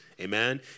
Amen